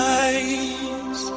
eyes